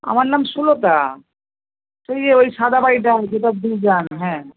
আমার নাম সুলতা ওই যে ওই সাদা বাড়িটা যেটা দিয়ে যান হ্যাঁ